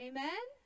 Amen